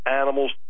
animals